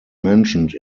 mentioned